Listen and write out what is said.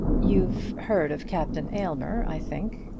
you've heard of captain aylmer, i think.